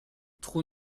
trous